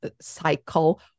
cycle